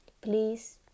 please